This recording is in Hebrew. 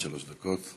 עד שלוש דקות.